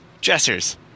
dressers